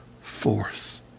force